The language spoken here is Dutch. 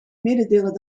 mededelen